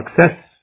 success